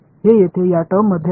हे येथे या टर्ममध्ये आहे